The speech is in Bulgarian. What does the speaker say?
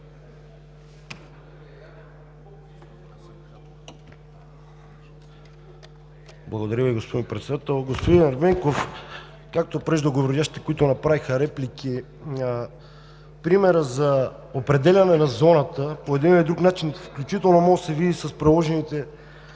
Благодаря Ви, господин Председател. Господин Ерменков, както преждеговорившите, които направиха реплики, пример за определяне на зоната по един или друг начин включително може да се види с приложените